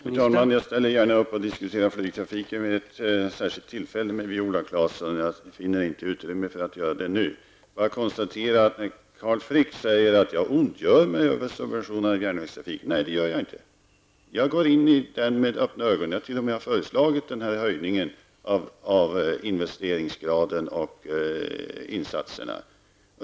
Herr talman! Jag ställer gärna upp och diskuterar flygtrafiken med Viola Claesson vid ett särskilt tillfälle -- jag finner inte utrymme att göra det nu. Carl Frick sade att jag ondgjorde mig över subventioneringen av järnvägstrafiken. Nej, det gör jag inte. Jag går in i den med öppna ögon. Jag har t.o.m. föreslagit en höjning av investeringsgraden och insatserna.